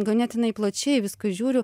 ganėtinai plačiai į viską žiūriu